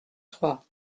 trois